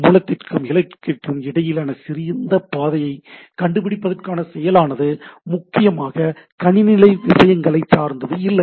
மூலத்திற்கும் இலக்கிற்கும் இடையில் சிறந்த பாதையைக் கண்டுபிடிப்பதற்கான செயலானது முக்கியமாக கணினி நிலை விஷயங்களைச் சார்ந்தது இல்லை